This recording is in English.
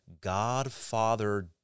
Godfather